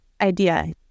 idea